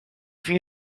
für